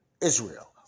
Israel